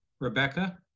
Rebecca